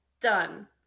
done